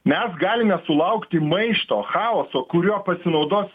mes galime sulaukti maišto chaoso kuriuo pasinaudos